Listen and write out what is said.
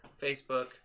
Facebook